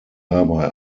dabei